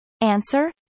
Answer